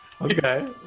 Okay